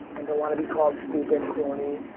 and they wanna be called stupid, corny,